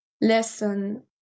lesson